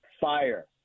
Fire